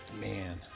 man